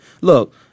Look